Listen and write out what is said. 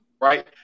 right